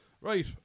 Right